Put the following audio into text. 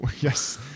Yes